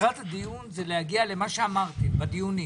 מטרת הדיון היא להגיע למה שאמרתם בדיונים.